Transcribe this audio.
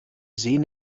sehen